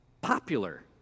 popular